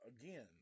again